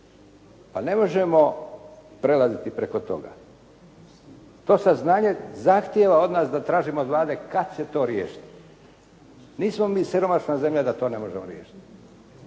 Pa ne možemo prelaziti preko toga. To saznanje zahtjeva od nas da tražimo od Vlade kad će to riješiti. Nismo mi siromašna zemlja da to ne možemo riješiti.